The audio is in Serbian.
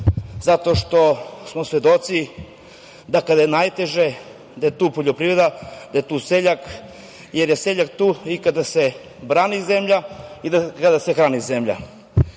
zato što smo svedoci da kada je najteže da je tu poljoprivreda, da je tu seljak, jer je seljak tu i kada se brani zemlja i kada se hrani zemlja. Ovim